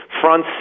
front